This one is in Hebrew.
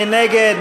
מי נגד?